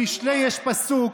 במשלי יש פסוק: